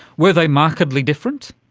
were they markedly different?